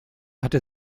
hatte